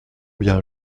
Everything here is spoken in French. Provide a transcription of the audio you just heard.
bien